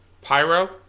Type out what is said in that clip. Pyro